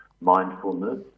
mindfulness